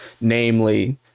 namely